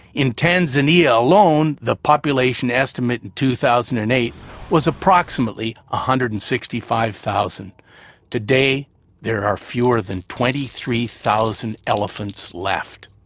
in tanzania alone the population estimate in two thousand and eight was approximately ah hundred and sixty five thousand today there are fewer than twenty three thousand elephants left.